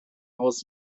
haus